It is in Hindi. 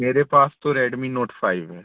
मेरे पास तो रेडमी नोट फ़ाइव है